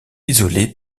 isolés